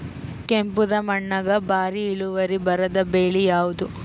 ಕೆಂಪುದ ಮಣ್ಣಾಗ ಭಾರಿ ಇಳುವರಿ ಬರಾದ ಬೆಳಿ ಯಾವುದು?